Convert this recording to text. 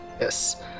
Yes